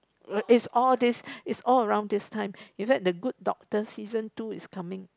is all this is all around this time in fact the Good Doctor season two is coming